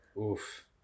oof